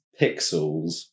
Pixels